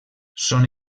són